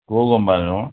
କେଉଁ କମ୍ପାନୀର ମ